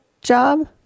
job